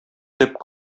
төп